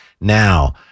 now